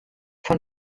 von